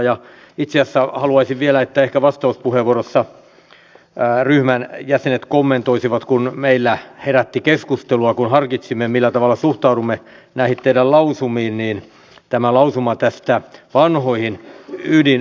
itse asiassa haluaisin vielä että ehkä vastauspuheenvuoroissa ryhmän jäsenet kommentoisivat kun meillä herätti keskustelua kun harkitsimme millä tavalla suhtaudumme näihin teidän lausumiinne tätä lausumaa vanhoihin ydinvoimaloihin